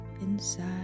inside